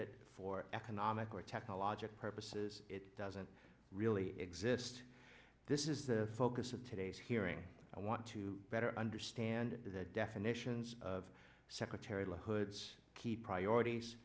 it for economic or technological purposes it doesn't really exist this is the focus of today's hearing i want to better understand the definitions of secretary la hood's key priorities